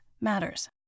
matters